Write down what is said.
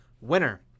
Winner